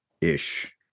ish